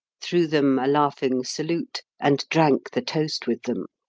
threw them a laughing salute, and drank the toast with them.